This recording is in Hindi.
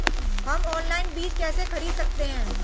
हम ऑनलाइन बीज कैसे खरीद सकते हैं?